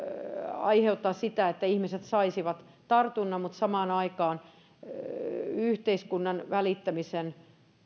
aiheuttaa sitä että ihmiset ruokajonoissa saisivat tartunnan mutta samaan aikaan yhteiskunnan välittämisen